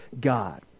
God